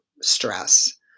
stress